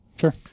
Sure